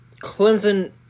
Clemson